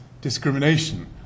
discrimination